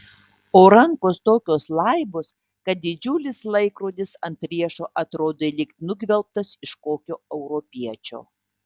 o rankos tokios laibos kad didžiulis laikrodis ant riešo atrodė lyg nugvelbtas iš kokio europiečio